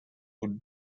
would